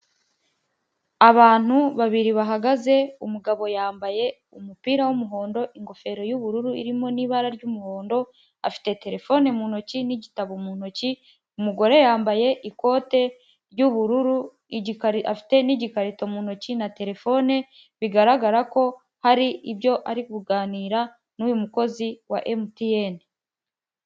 Abantu babiri bahagaze umugabo yambaye umupira w'umuhondo, ingofero y'ubururu irimo n'ibara ry'umuhondo, afite terefone mu ntoki n'igitabo mu ntoki. Umugore yambaye ikote ry'ubururu igikari afite n'igikarito mu ntoki na terefone, bigaragara ko hari ibyo ari kuganira n'uyu mukozi wa emutiyene.